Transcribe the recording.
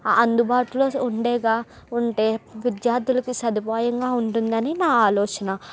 అందుబాటులో ఉండేగా ఉంటే విద్యార్థులకు సదుపాయంగా ఉంటుందని నా ఆలోచన